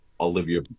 Olivia